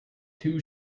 too